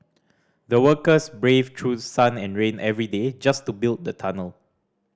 the workers braved through sun and rain every day just to build the tunnel